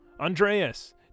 Andreas